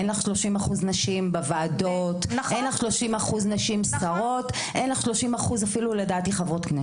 אין לך 30% נשים בוועדות, שרות או חברות כנסת.